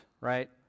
right